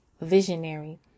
visionary